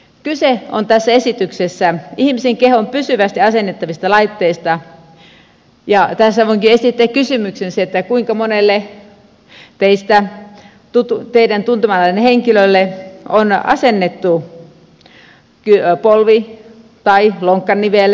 kyse on tässä esityksessä ihmisen kehoon pysyvästi asennettavista laitteista ja tässä voinkin esittää kysymyksen kuinka monelle teidän tuntemallenne henkilölle on asennettu polvi tai lonkkanivel tekonivel